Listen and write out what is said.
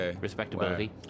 respectability